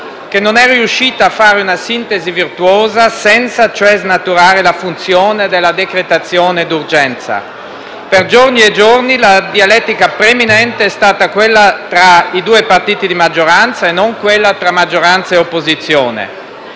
che non è riuscita a fare una sintesi virtuosa, senza cioè snaturare la funzione della decretazione d'urgenza. Per giorni e giorni la dialettica preminente è stata quella tra i due partiti di maggioranza e non quella tra maggioranza e opposizione.